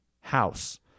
house